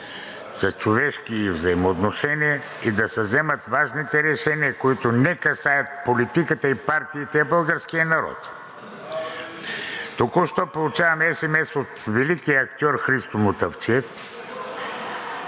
за човешки взаимоотношения и да се вземат важните решения, които не касаят политиката и партиите, а българския народ. Току-що получавам есемес от великия актьор Христо Мутафчиев.